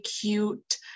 cute